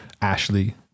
Ashley